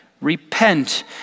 Repent